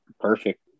Perfect